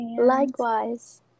Likewise